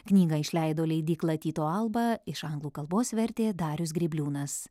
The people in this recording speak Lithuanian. knygą išleido leidykla tyto alba iš anglų kalbos vertė darius grėbliūnas